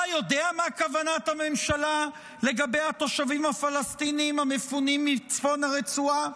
אתה יודע מה כוונת הממשלה לגבי התושבים הפלסטינים המפונים מצפון הרצועה?